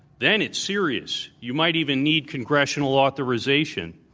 then it's serious. you might even need congressional authorization,